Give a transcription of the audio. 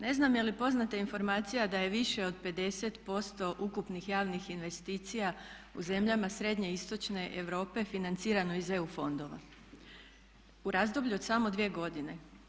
Ne znam je li poznata informacija da je više od 50% ukupnih javnih investicija u zemljama srednje i istočne Europe financirano iz EU fondova u razdoblju od samo 2 godine?